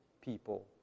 people